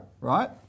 right